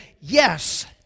yes